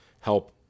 help